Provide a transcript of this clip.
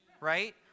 right